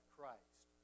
Christ